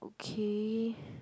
okay